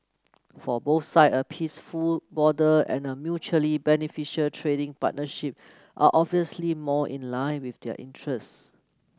for both side a peaceful border and a mutually beneficial trading partnership are obviously more in line with their interests